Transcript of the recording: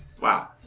wow